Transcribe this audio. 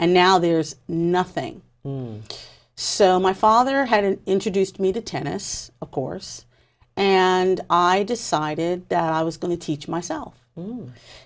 and now there's nothing so my father hadn't introduced me to tennis of course and i decided i was going to teach myself